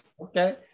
okay